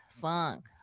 Funk